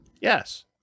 Yes